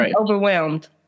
overwhelmed